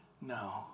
no